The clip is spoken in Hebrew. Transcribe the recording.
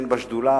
הן בשדולה,